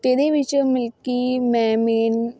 ਅਤੇ ਇਹਦੇ ਵਿੱਚ ਮਲਕੀ ਮੈਂ ਮੇਨ